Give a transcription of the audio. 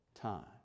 time